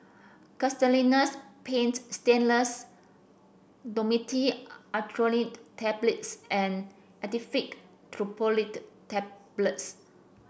Castellani's Paint Stainless Dhamotil Atropine Tablets and Actifed Triprolidine Tablets